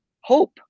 hope